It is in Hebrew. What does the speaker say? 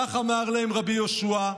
כך אמר להם רבי יהושע,